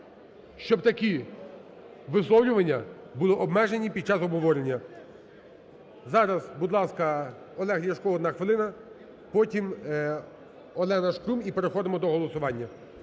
щоб такі висловлювання були обмежені під час обговорення. Зараз, будь ласка, Олег Ляшко, одна хвилина, потім – Олена Шкрум і переходимо до голосування.